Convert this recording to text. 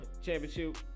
championship